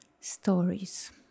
stories